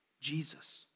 Jesus